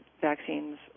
vaccines